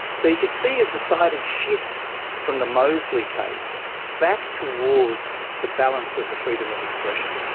so you could see a decided shift from the mosley case back towards the balance of the freedom of expression.